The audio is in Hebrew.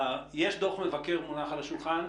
יש דוח מבקר מונח על השולחן,